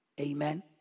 Amen